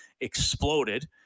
exploded